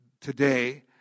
today